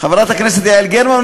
חברת הכנסת יעל גרמן,